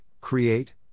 create